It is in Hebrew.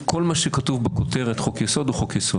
כל מה שכתוב בכותרת שלו חוק-יסוד, הוא חוק-יסוד.